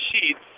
sheets